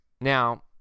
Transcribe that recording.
Now